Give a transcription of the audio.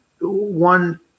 one